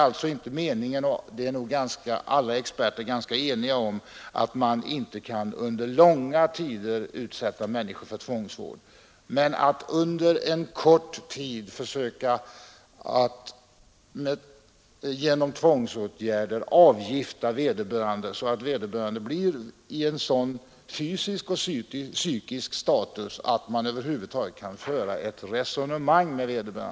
Alla experter torde vara ganska eniga om att man inte med gynnsam effekt kan utsätta människor för tvångsvård någon längre tid. Men under en kortare tid kan man genom tvångsåtgärder avgifta missbrukaren, så att han blir vid sådan fysisk och psykisk kondition att man över huvud taget kan föra ett resonemang med honom.